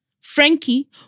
Frankie